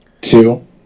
Two